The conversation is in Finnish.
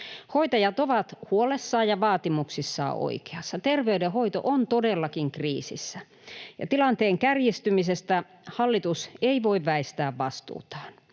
Hoitajat ovat huolessaan ja vaatimuksissaan oikeassa. Terveydenhoito on todellakin kriisissä, ja tilanteen kärjistymisestä hallitus ei voi väistää vastuutaan.